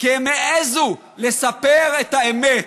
כי הם העזו לספר את האמת.